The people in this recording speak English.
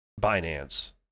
Binance